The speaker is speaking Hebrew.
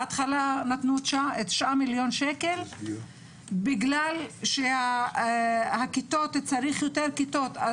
בהתחלה נתנו 900,000 ₪ בגלל שצריך יותר כיתות,